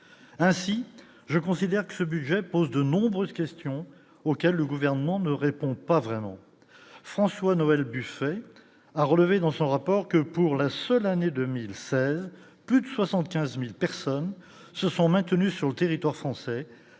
ainsi, je considère que ce budget pose de nombreuses questions auxquelles le gouvernement ne répond pas vraiment François-Noël Buffet a relevé dans son rapport que pour la seule année 2016 plus de 75000 personnes se sont maintenus sur le territoire français,